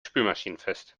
spülmaschinenfest